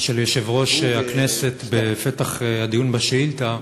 של יושב-ראש הכנסת בפתח הדיון בשאילתה,